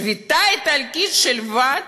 שביתה איטלקית של ועד?